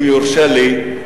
אם יורשה לי,